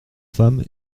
femme